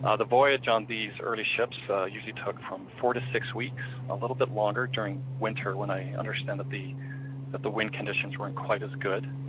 ah the voyage on these early ships usually took from four to six weeks, a little bit longer during winter when i understand that the that the wind conditions weren't quite as good.